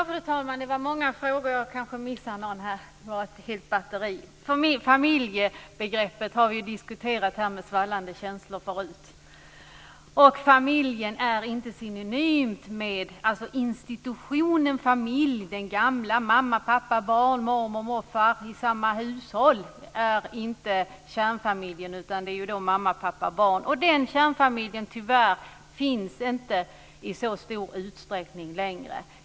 Fru talman! Det var många frågor. Jag kanske missar någon. Det var ett helt batteri. Familjebegreppet har vi diskuterat med svallande känslor förut. Den gamla institutionen familjen - mamma, pappa, barn och mormor och morfar i samma hushåll - är inte kärnfamiljen. Det är mamma, pappa, barn. Den kärnfamiljen finns tyvärr inte i så stor utsträckning längre.